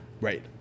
Right